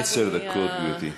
עשר דקות, גברתי.